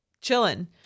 chilling